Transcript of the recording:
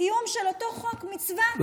קיום של אותו חוק מצווה שנקרא צער בעלי חיים.